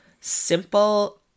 simple